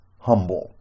humble